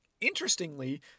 Interestingly